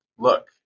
Look